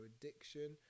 addiction